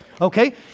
okay